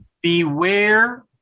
beware